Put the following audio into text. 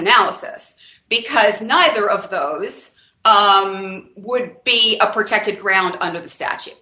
analysis because neither of those would be a protected ground under the statu